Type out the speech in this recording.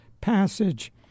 passage